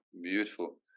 beautiful